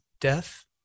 death